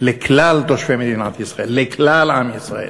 לכלל תושבי מדינת ישראל, לכלל עם ישראל.